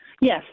Yes